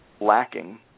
lacking